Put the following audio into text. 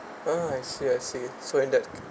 oh I see I see so in that